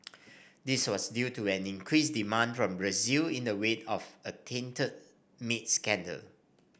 this was due to an increased demand from Brazil in the wake of a tainted meat scandal